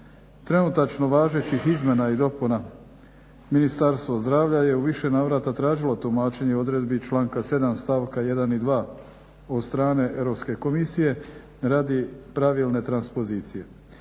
trenutačno važećih izmjena i dopuna Ministarstvo zdravlja je u više navrata tražilo tumačenje odredbi članka 7. stavka 1. i 2. od strane Europske komisije radi pravilne transpozicije.